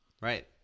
right